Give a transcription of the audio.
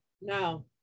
no